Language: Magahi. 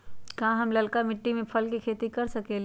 का हम लालका मिट्टी में फल के खेती कर सकेली?